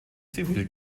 zivil